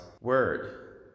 word